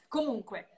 Comunque